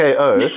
KO